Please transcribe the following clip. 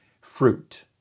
fruit